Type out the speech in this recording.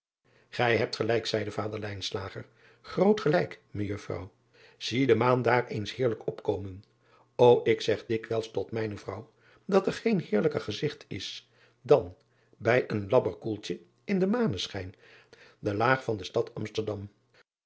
ij hebt gelijk zeide vader groot gelijk ejuffrouw ie de maan daar eens heerlijk opkomen o ik zeg dikwijls tot mijne vrouw dat er geen heerlijker gezigt is dan bij een labber koeltje in den maneschijn de aag van de stad msterdam